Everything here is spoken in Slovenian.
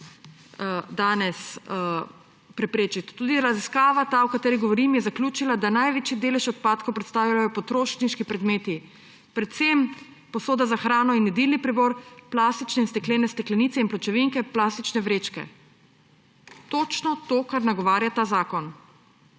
danes preprečiti. Tudi ta raziskava, o kateri govorim, je zaključila, da največji delež odpadkov predstavljajo potrošniški predmeti, predvsem posoda za hrano in jedilni pribor, plastične in steklene steklenice in pločevinke, plastične vrečke. Točno to, kar nagovarja ta zakon.